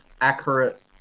accurate